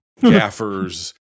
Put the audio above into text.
gaffers